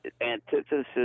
antithesis